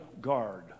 guard